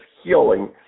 healing